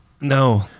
No